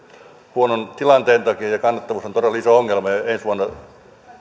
huonon tilanteen takia ja kannattavuus on todella iso ongelma ensi vuonna